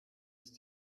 ist